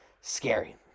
Scary